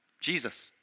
Jesus